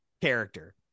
character